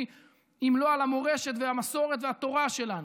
אם לא על המורשת והמסורת והתורה שלנו?